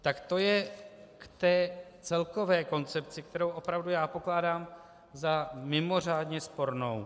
Tak to je k té celkové koncepci, kterou opravdu já pokládám za mimořádně spornou.